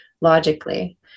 logically